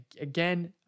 Again